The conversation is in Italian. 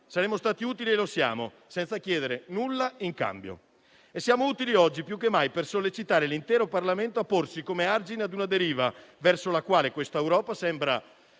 Saremmo stati utili e lo siamo, senza chiedere nulla in cambio. Siamo utili oggi più che mai per sollecitare l'intero Parlamento a porsi come argine ad una deriva verso la quale questa Europa, sempre